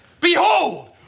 Behold